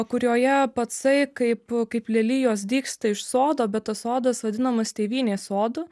kurioje pacai kaip kaip lelijos dygsta iš sodo bet tas sodas vadinamas tėvynės sodu